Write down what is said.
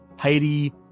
Haiti